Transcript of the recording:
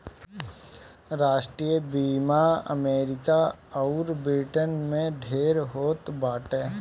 राष्ट्रीय बीमा अमरीका अउर ब्रिटेन में ढेर होत बाटे